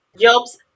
jobs